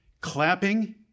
Clapping